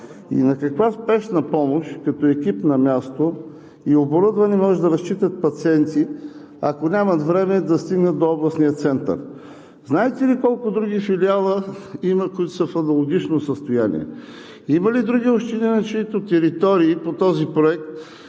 И на каква Спешна помощ, като екип на място и оборудване могат да разчитат пациенти, ако нямат време да стигнат до областния център? Знаете ли колко други филиала има, които са в аналогично състояние? Има ли други общини, на чиито територии по този проект